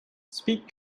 speak